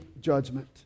judgment